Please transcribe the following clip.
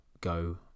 go